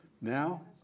now